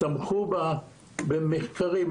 במחקרים.